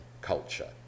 culture